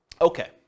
Okay